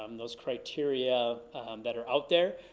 um those criteria that are out there.